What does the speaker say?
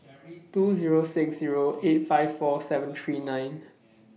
two Zero six Zero eight five four seven three nine